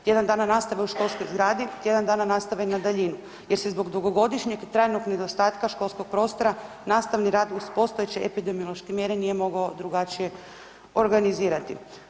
Tjedan dana nastave u školskoj zgradi, tjedan nastave na daljinu jer se zbog dugogodišnjeg trajnog nedostatka školskog prostora nastavni rad uz postojeće epidemiološke mjere nije moga drugačije organizirati.